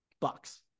Bucks